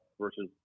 versus